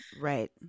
Right